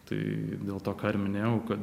tai dėl to ką ir minėjau kad